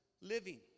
living